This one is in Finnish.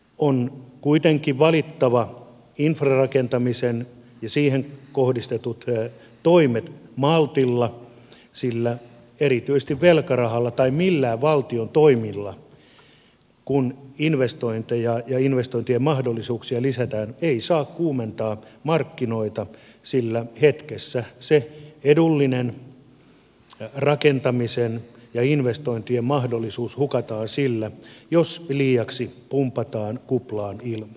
on kuitenkin valittava infrarakentaminen ja siihen kohdistetut toimet maltilla sillä erityisesti velkarahalla tai millään valtion toimilla joilla investointeja ja investointien mahdollisuuksia lisätään ei saa kuumentaa markkinoita sillä hetkessä se edullinen rakentamisen ja investointien mahdollisuus hukataan jos liiaksi pumpataan kuplaan ilmaa